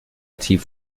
tief